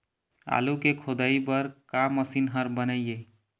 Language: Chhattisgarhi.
आलू के खोदाई बर का मशीन हर बने ये?